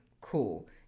Cool